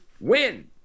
win